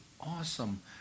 awesome